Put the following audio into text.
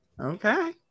Okay